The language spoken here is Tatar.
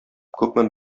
күпме